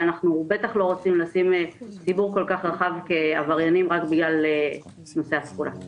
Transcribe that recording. ואנחנו לא רוצים לשים ציבור כל כך רחב כעבריינים רק בגלל נושא התחולה.